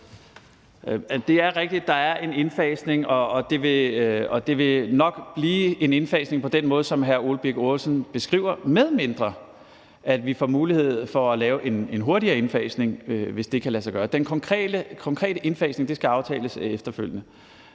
Det er rigtigt, at der er en indfasning, og det vil nok blive en indfasning på den måde, som hr. Ole Birk Olesen beskriver, medmindre vi får mulighed for at lave en hurtigere indfasning, hvis det kan lade sig gøre. Den konkrete indfasning skal aftales her efterfølgende.